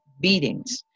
beatings